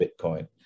Bitcoin